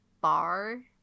bar